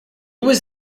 was